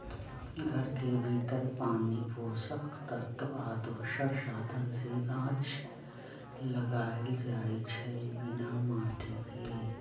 घर के भीतर पानी पोषक तत्व आ दोसर साधन से गाछ लगाएल जाइ छइ बिना माटिके